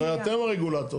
הרי אתם הרגולטור.